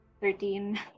thirteen